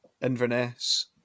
Inverness